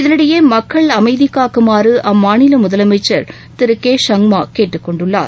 இதனிடையே மக்கள் அமைதி காக்குமாறு அம்மாநில முதலமைச்சர் திரு கே சங்மா கேட்டுக்கொண்டுள்ளார்